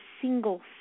single